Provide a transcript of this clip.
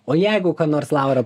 o jeigu ką nors laura